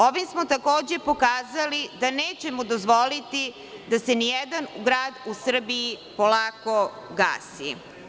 Ovim smo takođe pokazali da nećemo dozvoliti da se ni jedan grad u Srbiji polako gasi.